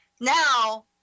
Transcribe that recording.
Now